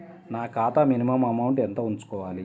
నా ఖాతా minimum amount ఎంత ఉంచుకోవాలి?